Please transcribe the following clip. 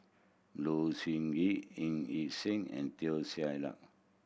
Low Siew Nghee Ng Yi Sheng and Teo Ser Luck